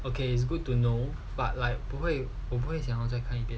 okay it's good to know but like 不会我不会想再看一遍